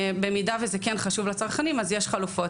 במידה שזה כן חשוב לצרכנים אז יש חלופות,